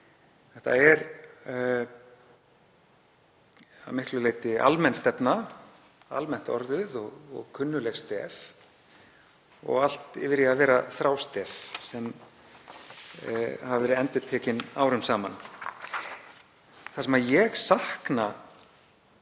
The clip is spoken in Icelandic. Þetta er að miklu leyti almenn stefna, almennt orðuð og kunnugleg stef og allt yfir í að vera þrástef sem hafa verið endurtekin árum saman. Ég sakna